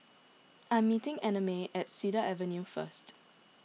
I am meeting Annamae at Cedar Avenue first